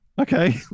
okay